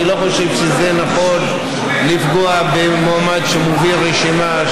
אני לא חושב שזה נכון לפגוע במועמד שמוביל רשימה,